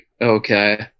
okay